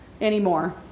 anymore